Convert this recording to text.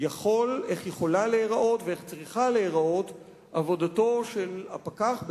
יכולה להיראות ואיך צריכה להיראות עבודתו של הפקח,